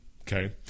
okay